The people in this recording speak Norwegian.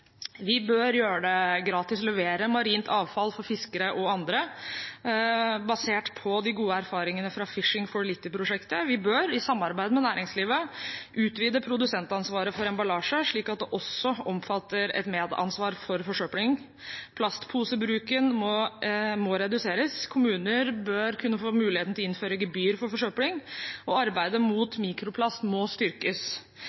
Vi bør gjøre det gratis for fiskere og andre å levere marint avfall basert på de gode erfaringene fra «Fishing for Litter»-prosjektet. Vi bør, i samarbeid med næringslivet, utvide produsentansvaret for emballasje, slik at det også omfatter et medansvar for forsøpling. Plastposebruken må reduseres, kommuner bør kunne få mulighet til å innføre gebyr for forsøpling, og arbeidet